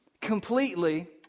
Completely